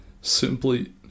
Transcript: simply